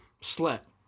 Slept